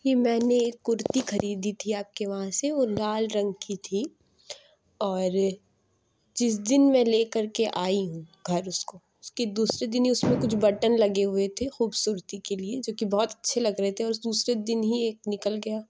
یہ میں نے ایک کرتی خریدی تھی آپ کے وہاں سے وہ لال رنگ کی تھی اور جس دن میں لے کر کے آئی ہوں گھر اس کو اس کے دوسرے دن ہی اس میں کچھ بٹن لگے ہوئے تھے خوبصورتی کے لیے جوکہ بہت اچھے لگ رہے تھے اور دوسرے دن ہی ایک نکل گیا